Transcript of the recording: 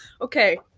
Okay